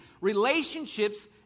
Relationships